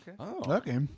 okay